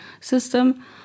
system